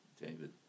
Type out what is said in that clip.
David